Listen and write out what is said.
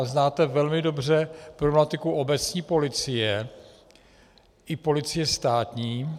Znáte velmi dobře problematiku obecní policie i policie státní.